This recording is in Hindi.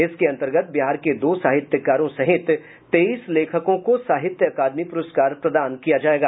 इसके अन्तर्गत बिहार के दो साहित्यकारों सहित तेईस लेखकों को साहित्य अकादमी प्रस्कार प्रदान किया जायेगा